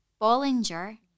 Bollinger